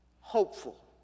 hopeful